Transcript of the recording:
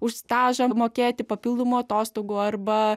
už stažą mokėti papildomų atostogų arba